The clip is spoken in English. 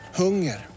hunger